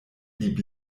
blieb